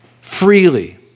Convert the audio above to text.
freely